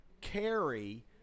carry